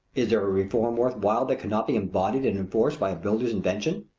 is there a reform worth while that cannot be embodied and enforced by a builder's invention?